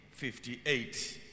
58